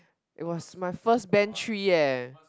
it was my first band three eh